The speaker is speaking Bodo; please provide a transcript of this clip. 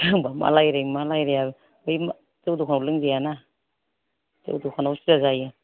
जोंबा मा रायज्लायो मा रायज्लाया बै जौ दखानाव लोंजायाना जौ दखानाव असुबिदा जायो